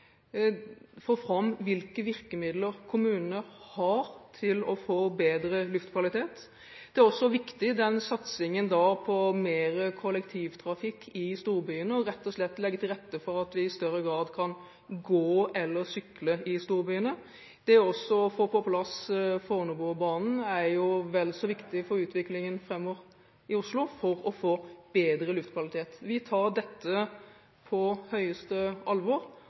få fram hvilke virkemidler kommunene har for å få bedre luftkvalitet. Satsingen på mer kollektivtrafikk i storbyene er også viktig og rett og slett å legge til rette for at man i større grad kan gå eller sykle i storbyene. Det å få på plass Fornebubanen er også viktig for utviklingen framover i Oslo og for å få bedre luftkvalitet. Vi tar dette på høyeste alvor